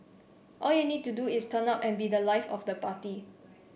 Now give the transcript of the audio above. all you need to do is turn up and be the life of the party